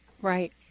Right